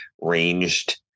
ranged